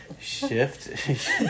Shift